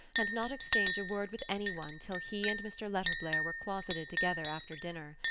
and not exchange a word with any one till he and mr. letterblair were closeted together after dinner.